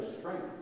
strength